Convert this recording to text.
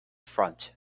front